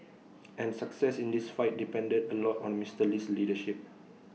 and success in this fight depended A lot on Mister Lee's leadership